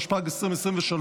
התשפ"ג 2023,